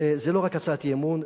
זה לא רק הצעת אי-אמון,